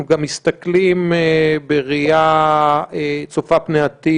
אנחנו גם מסתכלים בראייה צופה פני עתיד